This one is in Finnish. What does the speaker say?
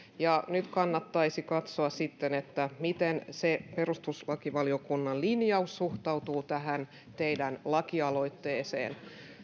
nyt kannattaisi katsoa sitten miten se perustuslakivaliokunnan linjaus suhteutuu tähän teidän lakialoitteeseenne